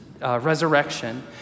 resurrection